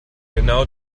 genau